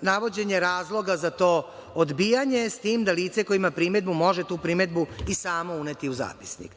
navođenje razloga za to odbijanje, s tim da lice koje ima primedbu može tu primedbu i samo uneti u zapisnik.